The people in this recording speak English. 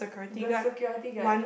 the security guard